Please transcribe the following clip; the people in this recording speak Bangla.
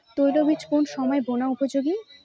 তৈল বীজ কোন সময় বোনার উপযোগী?